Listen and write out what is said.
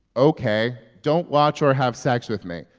ok, don't watch or have sex with me.